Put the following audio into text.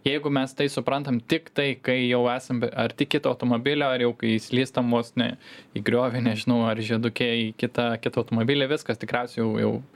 jeigu mes tai suprantam tik tai kai jau esam arti kito automobilio ar jau kai slystam vos ne į griovį nežinau ar žieduke į kitą kitą automobilį viskas tikriausiai jau jau